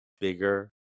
bigger